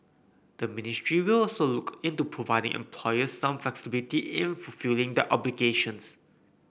the ministry will also look into providing employers some flexibility in fulfilling their obligations